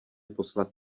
poslat